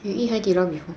you eat 海底捞 before